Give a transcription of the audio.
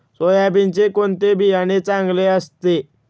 सोयाबीनचे कोणते बियाणे चांगले असते?